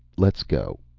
let's go.